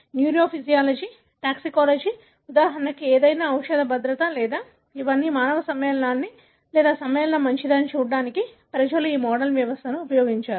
neurophysiology toxicology ఉదాహరణకు ఏదైనా ఔషధ భద్రత లేదా ఇవన్నీ మానవ సమ్మేళనాలకు సమ్మేళనం మంచిదని చూడటానికి ప్రజలు ఈ మోడల్ వ్యవస్థను ఉపయోగిస్తారు